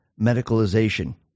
medicalization